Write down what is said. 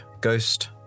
ghost